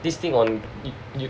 this thing on it